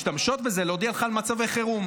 משתמשות בו להודיע לך על מצבי חירום.